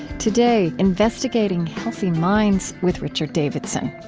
today, investigating healthy minds, with richard davidson.